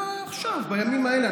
לא, עכשיו, בימים האלה.